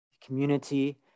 community